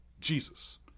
Jesus